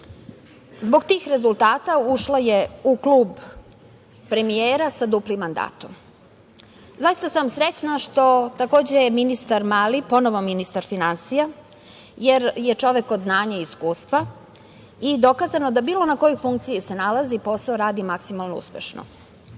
Zbog tih rezultata ušla je u klub premijera sa duplim mandatom. Zaista sam srećna što takođe je ministar Mali ponovo ministar finansija jer je čovek od znanja i iskustva i dokazano da bilo na kojoj funkciji se nalazi, posao radi maksimalno uspešno. Ponosno